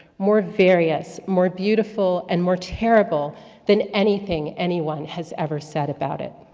more various, more beautiful, and more terrible than anything anyone has ever said about it.